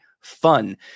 fun